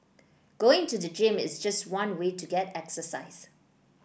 going to the gym is just one way to get exercise